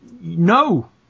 No